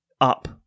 up